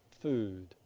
food